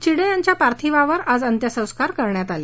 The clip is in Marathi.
चिडे यांच्या पार्थिवावर आज अंत्यसंस्कार करण्यात आले